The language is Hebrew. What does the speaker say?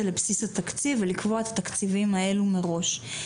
לבסיס התקציב ולקבוע את התקציבים האלו מראש.